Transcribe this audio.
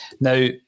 Now